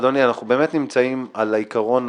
אדוני, אנחנו נמצאים על העיקרון